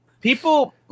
People